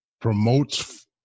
promotes